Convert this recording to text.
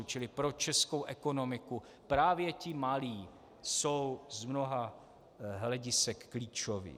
Čili pro českou ekonomiku právě ti malí jsou z mnoha hledisek klíčoví.